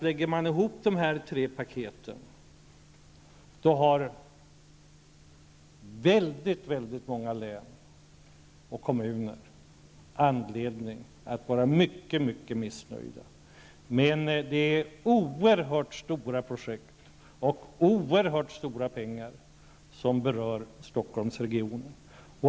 Lägger man ihop de här tre paketen, finner man visserligen att många län och kommuner har anledning att vara mycket missnöjda, men att det är fråga om oerhört stora projekt och att oerhört stora pengar berör Stockholmsregionen.